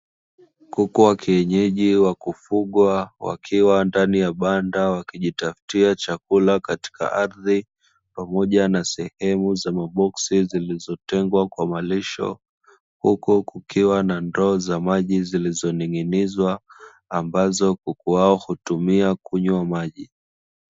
Kuku wa kienyeji wa kufugwa, wakiwa ndani ya banda wakijitafutia chakula katika ardhi, pamoja na sehemu za maboksi zilizotengwa kwa malisho, huku kukiwa na ndoo za maji zilizoning’inizwa, ambazo kuku hao hutumia kunywa maji.